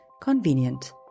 convenient